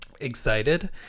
excited